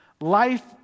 life